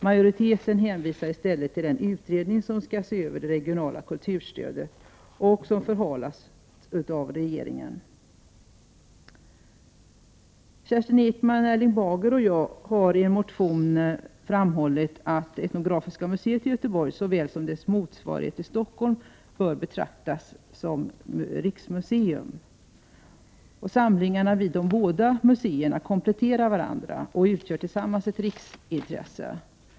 Majoriteten hänvisar i stället till den utredning som skall se över det regionala kulturstödet, vilken förhalas av regeringen. Kerstin Ekman, Erling Bager och jag har i en motion framhållit att Etnografiska museet i Göteborg, såväl som dess motsvarighet i Stockholm, bör betraktas som riksmuseum. Samlingarna vid de båda museerna kompletterar varandra och utgör tillsammans ett riksintresse.